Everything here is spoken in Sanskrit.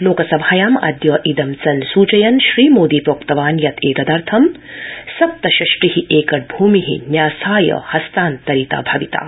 लोकसभायामद्य इदं संसूचयन् श्री मोदी प्रोक्तवान् यत् एतदर्थं सप्तषष्टि एकड़ भूमि न्यासाय हस्तांतरिता भविता